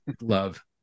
love